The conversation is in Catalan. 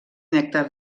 nèctar